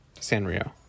Sanrio